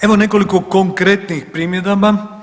Evo nekoliko konkretnih primjedaba.